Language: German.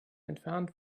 entfernt